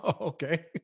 Okay